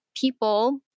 people